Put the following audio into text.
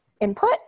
input